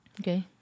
Okay